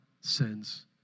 sends